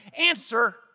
Answer